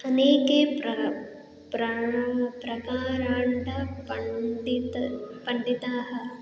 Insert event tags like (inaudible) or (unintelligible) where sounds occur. अनेके प्रा (unintelligible) प्रा प्रक्राराः पण्डितः पण्डिताः